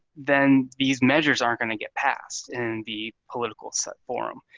then these measures aren't going to get passed in the political sub-forum.